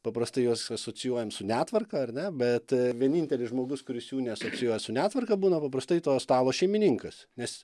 paprastai juos asocijuojam su netvarka ar ne bet vienintelis žmogus kuris jų neasocijuoja su netvarka būna paprastai to stalo šeimininkas nes